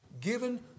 given